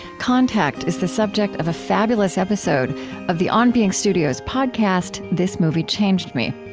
contact is the subject of a fabulous episode of the on being studios podcast this movie changed me.